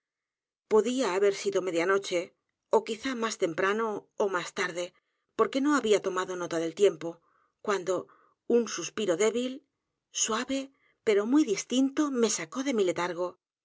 podía haber sido media noche ó quizá más temprano ó más tarde porque no había tomado nota del tiempo cuando un suspiro débil suave pero muy distinto mé sacó de mi letargo